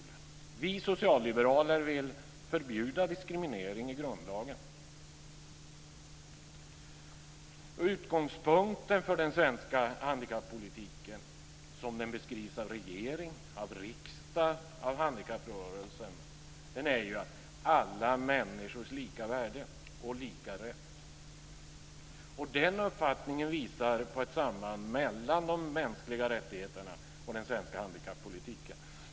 Vi socialliberaler vill förbjuda diskriminering i grundlagen. Utgångspunkten för den svenska handikappolitiken som den beskrivs av regeringen, av riksdagen och av handikapprörelsen är ju alla människors lika värde och lika rätt. Den uppfattningen visar på ett samband mellan de mänskliga rättigheterna och den svenska handikappolitiken.